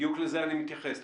בדיוק לזה אני מתייחס.